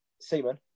Seaman